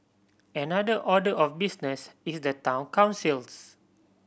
another order of business is the town councils